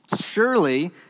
Surely